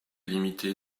limitée